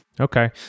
Okay